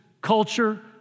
culture